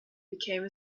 became